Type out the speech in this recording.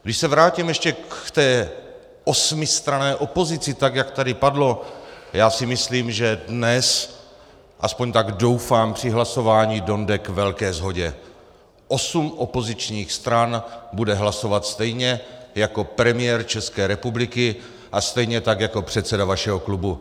Když se vrátím ještě k té osmistranné opozici, tak jak tady padlo, já si myslím, že dnes, aspoň tak doufám, při hlasování dojde k velké shodě: Osm opozičních stran bude hlasovat stejně jako premiér České republiky a stejně tak jako předseda vašeho klubu.